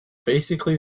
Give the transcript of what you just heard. basically